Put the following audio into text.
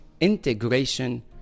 integration